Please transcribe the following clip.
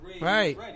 Right